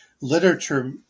literature